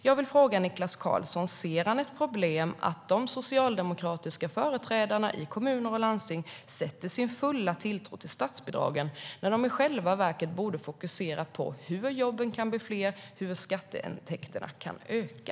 Jag vill fråga Niklas Karlsson om han ser ett problem med att de socialdemokratiska företrädarna i kommuner och landsting sätter sin fulla tilltro till statsbidragen när de i själva verket borde fokusera på hur jobben kan bli fler och hur skatteintäkterna kan öka.